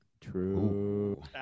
true